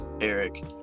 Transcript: Eric